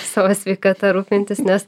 savo sveikata rūpintis nes